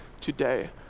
today